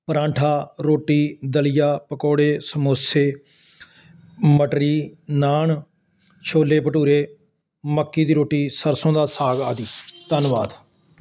ਪਰਾਂਠਾ ਰੋਟੀ ਦਲੀਆ ਪਕੌੜੇ ਸਮੋਸੇ ਮਟਰੀ ਨਾਨ ਛੋਲੇ ਭਟੂਰੇ ਮੱਕੀ ਦੀ ਰੋਟੀ ਸਰਸੋਂ ਦਾ ਸਾਗ ਆਦਿ ਧੰਨਵਾਦ